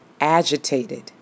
agitated